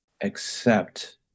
Accept